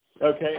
Okay